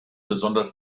besonders